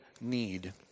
need